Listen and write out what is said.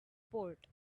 port